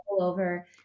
over